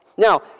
Now